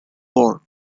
war